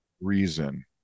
reason